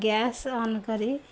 gas on କରି